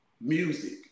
Music